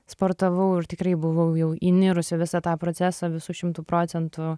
sportavau ir tikrai buvau jau įnirus į visą tą procesą visu šimtu procentų